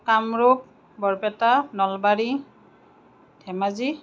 Kamrup Barpeta Nalbari Dhemaji